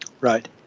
Right